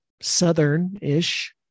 southern-ish